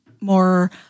more